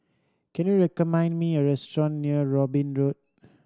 can you recommend me a restaurant near Robin Road